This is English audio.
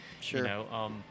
Sure